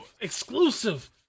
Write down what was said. exclusive